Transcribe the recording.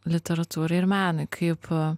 literatūrai ir menui kaip